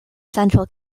central